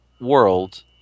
world